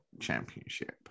Championship